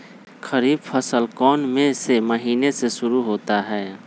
खरीफ फसल कौन में से महीने से शुरू होता है?